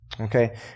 okay